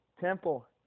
Temple